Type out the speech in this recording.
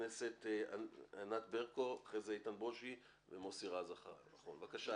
ענת ברקו, בבקשה.